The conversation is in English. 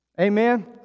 Amen